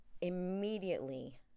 immediately